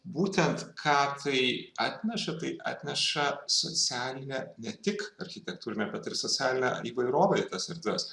būtent ką tai atneša tai atneša socialinę ne tik architektūrinę bet ir socialinę įvairovę į tas erdves